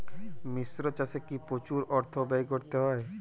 মিশ্র চাষে কি প্রচুর অর্থ ব্যয় করতে হয়?